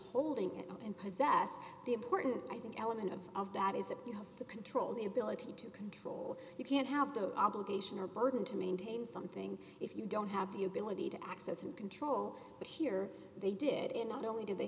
holding it up and possess the important i think element of of that is that you have the control the ability to control you can't have the obligation or burden to maintain something if you don't have the ability to access and control but here they did in not only did they